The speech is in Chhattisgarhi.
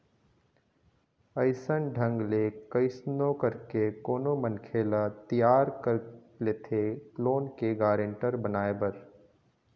अइसन ढंग ले कइसनो करके कोनो मनखे ल तियार कर लेथे लोन के गारेंटर बनाए बर